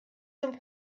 zum